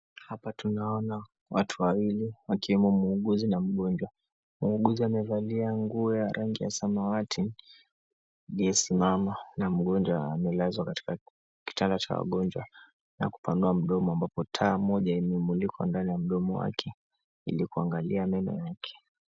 Hapa tunaona watu wawili wakiwemo muuguzi na mgonjwa. Muuguzi amevalia nguo ya rangi ya samawati aliyesimama na mgonjwa amelazwa katika kitanda cha wagonjwa, na kupanua mdomo ambapo taa moja imemulikwa kwenye mdomo wake ili kuangalia meno yake.